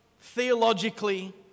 theologically